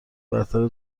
برتر